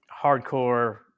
hardcore